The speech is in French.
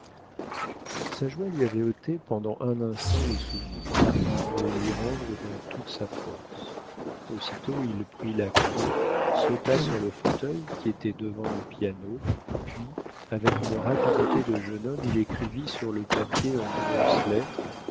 sa joie lui avait ôté pendant un instant le souvenir pour le lui rendre dans toute sa force aussitôt il prit la craie sauta sur le fauteuil qui était devant le piano puis avec une rapidité de jeune homme il écrivit sur le papier en grosses lettres